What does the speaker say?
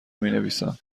مینویسم